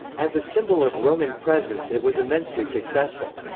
as a symbol of roman presence it was immensely successful.